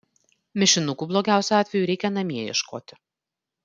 mišinukų blogiausiu atveju reikia namie ieškoti